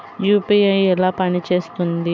UPI ఎలా పనిచేస్తుంది?